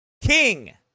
king